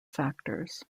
factors